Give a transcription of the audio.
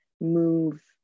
move